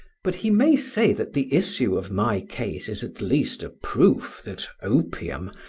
but he may say that the issue of my case is at least a proof that opium,